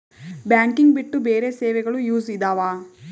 Banking ಬಿಟ್ಟು ಬೇರೆ ಸೇವೆಗಳು ಯೂಸ್ ಇದಾವ?